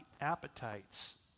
appetites